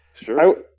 Sure